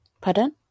pardon